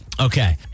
Okay